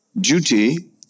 duty